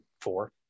four